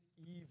evil